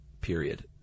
Period